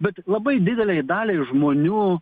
bet labai didelei daliai žmonių